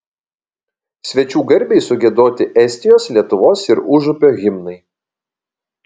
svečių garbei sugiedoti estijos lietuvos ir užupio himnai